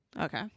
Okay